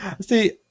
See